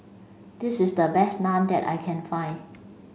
this is the best Naan that I can find